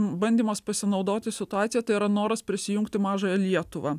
bandymas pasinaudoti situacija tai yra noras prisijungti mažąją lietuvą